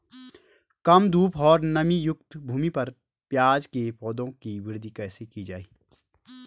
कम धूप और नमीयुक्त भूमि पर प्याज़ के पौधों की वृद्धि कैसे की जाए?